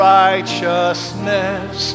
righteousness